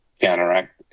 counteract